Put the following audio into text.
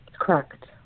correct